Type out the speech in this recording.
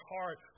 heart